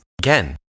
again